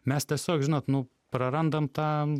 mes tiesiog žinot nu prarandam tą